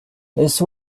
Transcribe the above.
this